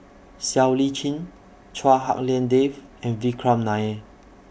Siow Lee Chin Chua Hak Lien Dave and Vikram Nair